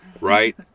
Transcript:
right